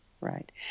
right